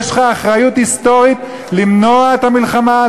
יש לך אחריות היסטורית למנוע את המלחמה,